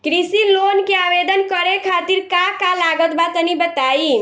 कृषि लोन के आवेदन करे खातिर का का लागत बा तनि बताई?